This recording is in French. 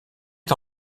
est